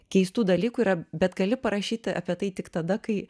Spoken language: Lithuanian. keistų dalykų yra bet gali parašyti apie tai tik tada kai